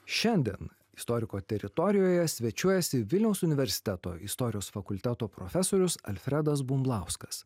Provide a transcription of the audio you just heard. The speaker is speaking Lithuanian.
šiandien istoriko teritorijoje svečiuojasi vilniaus universiteto istorijos fakulteto profesorius alfredas bumblauskas